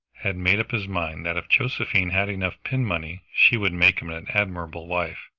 had made up his mind that if josephine had enough pin-money she would make him an admirable wife,